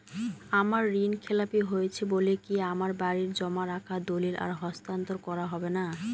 আমার ঋণ খেলাপি হয়েছে বলে কি আমার বাড়ির জমা রাখা দলিল আর হস্তান্তর করা হবে না?